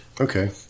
Okay